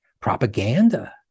Propaganda